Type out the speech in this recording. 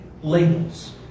labels